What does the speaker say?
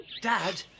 Dad